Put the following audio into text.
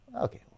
Okay